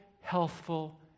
healthful